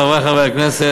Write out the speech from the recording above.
חברי חברי הכנסת,